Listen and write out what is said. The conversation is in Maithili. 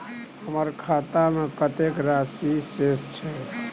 हमर खाता में कतेक राशि शेस छै?